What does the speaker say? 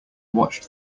watched